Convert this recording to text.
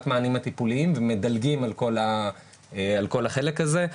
המענים הטיפוליים ומדלגים על כל החלק הזה.